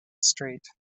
street